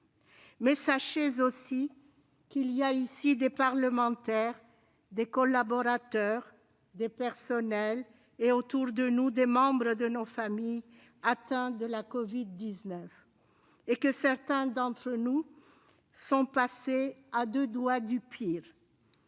Mais sachez aussi qu'il y a ici des parlementaires, des collaborateurs, des fonctionnaires et, autour de nous, des membres de nos familles atteints de la covid-19. Sachez que certains d'entre nous sont passés à deux doigts du pire.